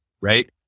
right